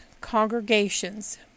congregations